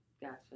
Gotcha